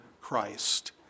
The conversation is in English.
Christ